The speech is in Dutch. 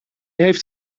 heeft